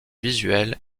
visuel